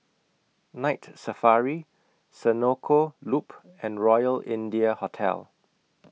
Night Safari Senoko Loop and Royal India Hotel